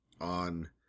on